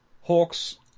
Hawks